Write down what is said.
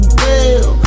bell